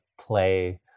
play